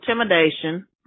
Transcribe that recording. intimidation